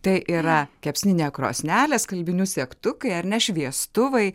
tai yra kepsninė krosnelė skalbinių segtukai ar ne šviestuvai